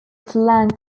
slang